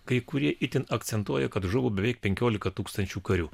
kai kurie itin akcentuoja kad žuvo beveik penkiolika tūkstančių karių